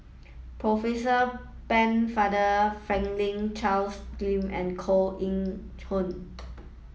Percy Pennefather Franklin Charles Gimson and Koh Eng Hoon